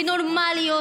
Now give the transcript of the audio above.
בנורמליות,